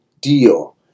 deal